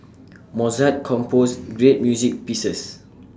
Mozart composed great music pieces